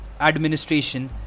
administration